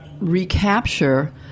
recapture